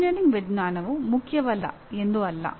engineering ವಿಜ್ಞಾನವು ಮುಖ್ಯವಲ್ಲ ಎಂದು ಅಲ್ಲ